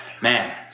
man